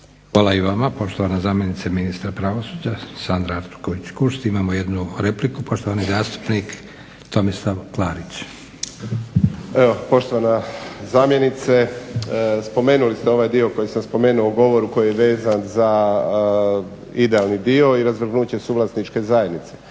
Hvala i vama poštovana zamjenice ministra pravosuđa, Sandra Artuković-Kunšt. Imamo jednu repliku, poštovani zastupnik Tomislav Klarić. **Klarić, Tomislav (HDZ)** Evo poštovana zamjenice, spomenuli ste ovaj dio koji sam spomenuo u govoru koji je vezan za idealni dio i razvrgnuće suvlasničke zajednice.